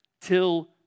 Till